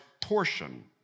portion